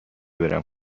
برم